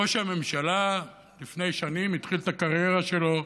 ראש הממשלה לפני שנים התחיל את הקריירה שלו,